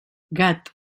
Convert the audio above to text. gat